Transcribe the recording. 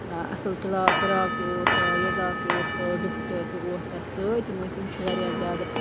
اَصٕل فِلا فراک تہِ اوس سُہ یَزار تہِ اوس تہٕ ڈُپٹہٕ تہِ اوس تَتھ سۭتۍ تِم ٲسۍ تِم چھِ واریاہ زیادٕ